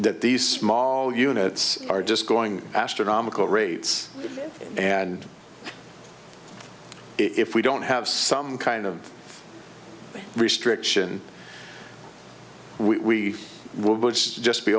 that these small units are just going astronomical rates and if we don't have some kind of restriction we will just be